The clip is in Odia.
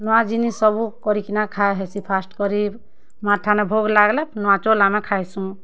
ନୂଆ ଜିନିଷ୍ ସବୁ କରିକିନା ଖା ହେସି ଫାଷ୍ଟ୍ କରି ମାର୍ ଠାନେ ଭୋଗ୍ ଲାଗଲେ ନୂଆ ଚଉଲ୍ ଆମେ ଖାଇସୁଁ